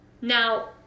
Now